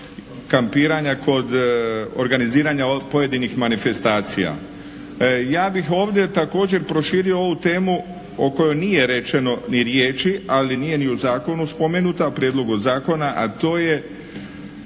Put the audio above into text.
i kampiranja kod organiziranja pojedinih manifestacija. Ja bih ovdje također proširio ovu temu o kojoj nije rečeno ni riječi, ali nije ni u zakonu spomenuta, prijedlogu zakona, a to je